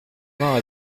vingts